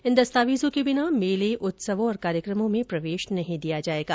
इन दस्तावेजों के बिना मेले उत्सवों और कार्यक्रमों में प्रवेश नहीं दिया जाएगा